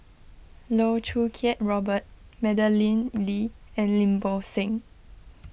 Loh Choo Kiat Robert Madeleine Lee and Lim Bo Seng